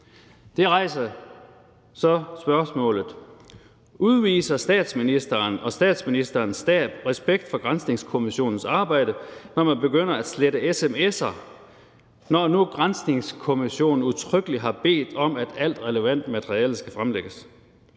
Det rejser så spørgsmålet: Udviser statsministeren og statsministerens stab respekt for granskningskommissionens arbejde, når man begynder at slette sms'er, når nu granskningskommissionen udtrykkeligt har bedt om, at alt relevant materiale skal fremlægges?